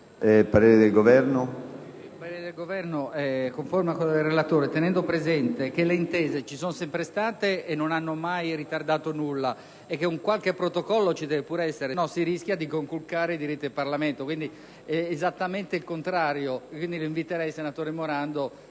parere del Governo